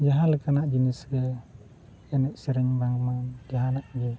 ᱡᱟᱦᱟᱸ ᱞᱮᱠᱟᱱᱟᱜ ᱡᱤᱱᱤᱥ ᱜᱮ ᱮᱱᱮᱡ ᱥᱮᱨᱮᱧ ᱵᱟᱝᱢᱟ ᱡᱟᱦᱟᱱᱟᱜ ᱜᱮ